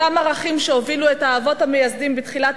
אותם ערכים שהובילו את האבות המייסדים בתחילת